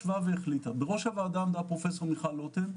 בראש הוועדה עמדה פרופ' מיכל לוטם,